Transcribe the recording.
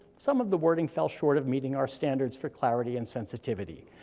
some of the wording fell short of meeting our standards for clarity and sensitivity,